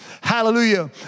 Hallelujah